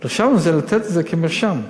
וחשבנו לתת את זה כמרשם.